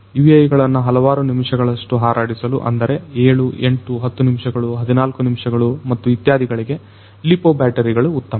UAVಗಳನ್ನ ಹಲವಾರು ನಿಮಿಷಗಳಷ್ಟು ಹಾರಾಡಿಸಲು ಅಂದರೆ 78 10ನಿಮಿಷಗಳು 14 ನಿಮಿಷಗಳು ಮತ್ತು ಇತ್ಯಾದಿಗಳಿಗೆ ಲಿಪೊ ಬ್ಯಾಟರಿಗಳು ಉತ್ತಮ